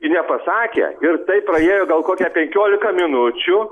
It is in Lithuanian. ir nepasakė ir taip praėjo gal kokia penkiolika minučių